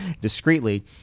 discreetly